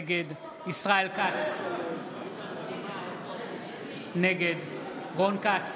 נגד ישראל כץ, נגד רון כץ,